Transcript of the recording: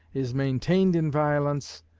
is maintained in violence,